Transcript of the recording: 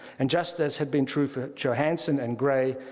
and just as had been true for johanson and gray,